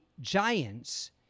Giants